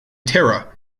terra